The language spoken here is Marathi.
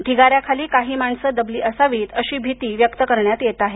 ढिगार्याऱ खाली काही माणसं दबली असावी अशी भीति व्यक्त करण्यात येत आहे